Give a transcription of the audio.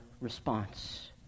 response